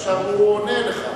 עכשיו הוא עונה לך.